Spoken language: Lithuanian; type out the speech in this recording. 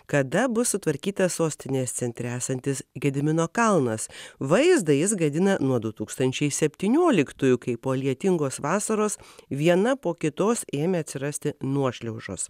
kada bus sutvarkytas sostinės centre esantis gedimino kalnas vaizdą jis gadina nuo du tūkstančiai septynioliktųjų kai po lietingos vasaros viena po kitos ėmė atsirasti nuošliaužos